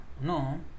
No